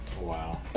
Wow